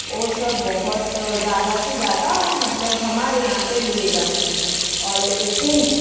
ओ सब बहुत ज़्यादा से ज़्यादा मतलब हमारे यहाँ से लिए जाते हैं और ऐसे ही